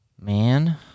Man